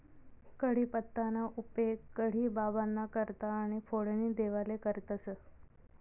कढीपत्ताना उपेग कढी बाबांना करता आणि फोडणी देवाले करतंस